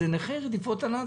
זה נכי רדיפות הנאצים.